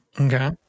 Okay